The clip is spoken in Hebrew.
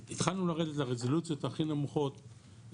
התחלנו לרדת לרזולוציות הכי נמוכות,